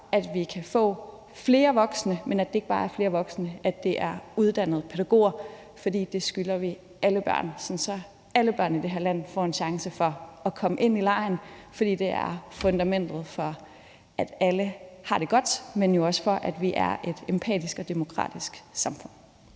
at vi kan få flere voksne, og at det ikke bare er flere voksne, men uddannede pædagoger. Det skylder vi alle børn, så alle børn i det her land får en chance for at komme ind i legen, for det er fundamentet for, at alle har det godt, men også for, at vi er et empatisk og demokratisk samfund.